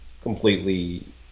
completely